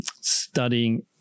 studying